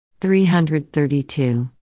332